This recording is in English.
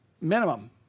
minimum